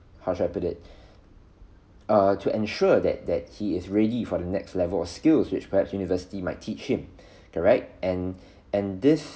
how should I put it to err ensure that that he is ready for the next level of skills which perhaps university might teach him correct and and this